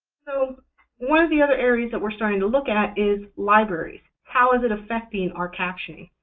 so one of the other areas that we're starting to look at is libraries. how is it affecting our captioning?